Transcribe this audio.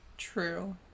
True